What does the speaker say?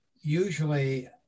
usually